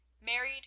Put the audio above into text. married